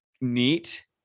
neat